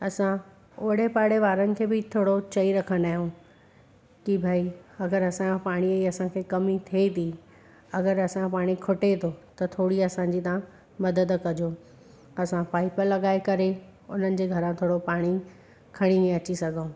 असां ओड़े पाड़े वारनि खे बि थोरो चई रखंदा आहियूं की भई अगरि असां पाणीअ जी असांखे कमी थिए थी अगरि असांजो पाणी खुटे थो त थोरी असांजी तव्हां मदद कजो असां पाइप लॻाए करे उन्हनि जे घरा थोरो पाणी खणी अची सघूं